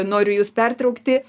noriu jus pertraukti